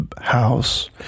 house